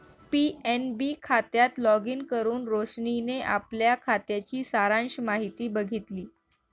PNB खात्यात login करुन रोशनीने आपल्या खात्याची सारांश माहिती बघितली